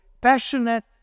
passionate